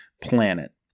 planet